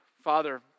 Father